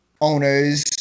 owners